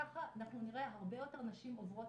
ככה אנחנו נראה הרבה יותר נשים עוברות